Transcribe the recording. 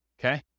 okay